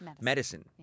medicine